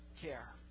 care